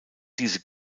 diese